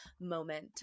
moment